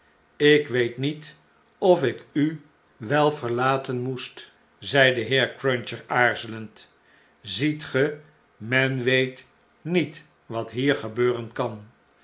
lk weet niet ofiku wel verlaten moest zei de heer cruncher aarzelend ziet ge men weet niet wat hier gebeuren kan